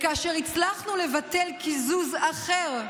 כאשר הצלחנו לבטל קיזוז אחר,